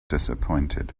disappointed